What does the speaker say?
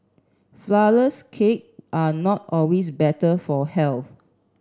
flourless cake are not always better for health